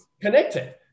connected